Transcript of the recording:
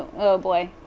oh boy.